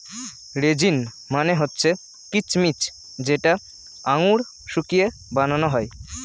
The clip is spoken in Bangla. রেজিন মানে হচ্ছে কিচমিচ যেটা আঙুর শুকিয়ে বানানো হয়